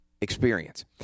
experience